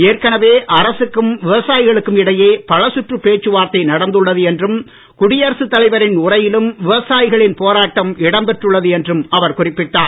ஏற்கனவே அரசுக்கும் விவசாயிக்கும் இடையே பல சுற்று பேச்சு வார்த்தை நடந்துள்ளது என்றும் குடியரசுத் தலைவரின் உரையிலும் விவசாயிகளின் போராட்டம் இடம்பெற்றுள்ளது என்றும் அவர் குறிப்பிட்டார்